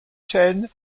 ten